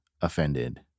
offended